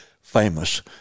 famous